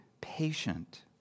patient